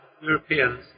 Europeans